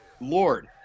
Lord